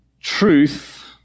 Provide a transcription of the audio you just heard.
truth